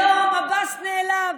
היום עבאס נעלב.